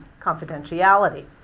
confidentiality